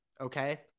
okay